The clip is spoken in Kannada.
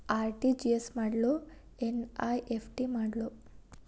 ಆರ್.ಟಿ.ಜಿ.ಎಸ್ ಮಾಡ್ಲೊ ಎನ್.ಇ.ಎಫ್.ಟಿ ಮಾಡ್ಲೊ?